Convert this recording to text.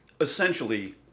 essentially